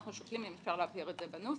אנחנו שוקלים אם אפשר להבהיר את זה בנוסח.